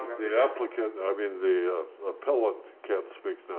the applicant i mean the ah pillow kept speaking.